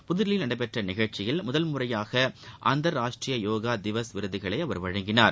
புதுதில்லியில் நடைபெற்ற நிகழ்ச்சியில் முதல் முறையாக அந்தர் ராஷ்ட்ரீய யோகா திவஸ் விருதுகளை அவர் வழங்கினார்